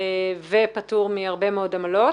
ופטור מהרבה מאוד עמלות.